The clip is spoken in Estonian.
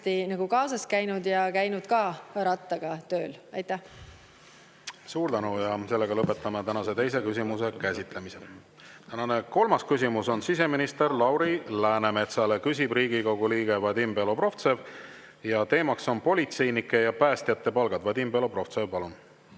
kaasas käinud ja käinud ka rattaga tööl. Suur tänu! Lõpetame tänase teise küsimuse käsitlemise. Tänane kolmas küsimus on siseminister Lauri Läänemetsale, küsib Riigikogu liige Vadim Belobrovtsev ja teema on politseinike ja päästjate palgad. Vadim Belobrovtsev, palun!